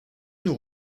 nous